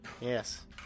Yes